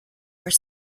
were